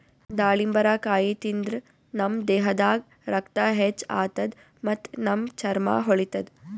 ದಾಳಿಂಬರಕಾಯಿ ತಿಂದ್ರ್ ನಮ್ ದೇಹದಾಗ್ ರಕ್ತ ಹೆಚ್ಚ್ ಆತದ್ ಮತ್ತ್ ನಮ್ ಚರ್ಮಾ ಹೊಳಿತದ್